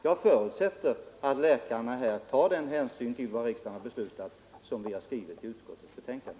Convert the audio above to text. Jag räknar med att läkarna tar den hänsyn till vad riksdagen beslutar som vi har förutsatt i utskottets betänkande.